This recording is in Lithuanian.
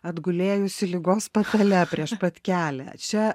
atgulėjusi ligos patale prieš pat kelią čia